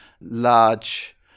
large